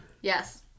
Yes